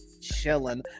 chilling